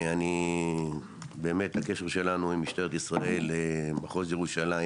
אני באמת הקשר שלנו עם משטרת ישראל מחוז ירושלים,